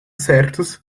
certos